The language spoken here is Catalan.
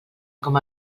com